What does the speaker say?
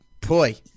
boy